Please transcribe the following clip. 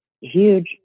huge